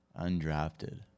Undrafted